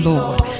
Lord